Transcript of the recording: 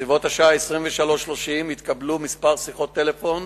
בסביבות השעה 23:30 התקבלו כמה שיחות טלפון